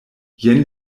jen